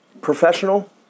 professional